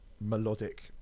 melodic